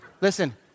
listen